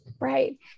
Right